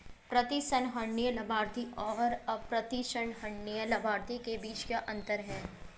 प्रतिसंहरणीय लाभार्थी और अप्रतिसंहरणीय लाभार्थी के बीच क्या अंतर है?